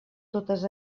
totes